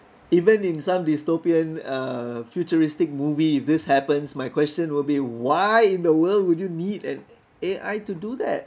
even in some dystopian uh futuristic movie if this happens my question will be why in the world would you need an A_I to do that